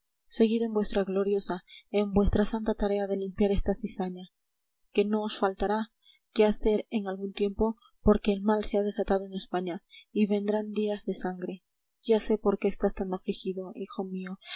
seguid en vuestra gloriosa en vuestra santa tarea de limpiar esta cizaña que no os faltará que hacer en algún tiempo porque el mal se ha desatado en españa y vendrán días de sangre ya sé por qué estás tan afligido hijo mío